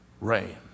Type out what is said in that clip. rain